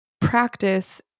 practice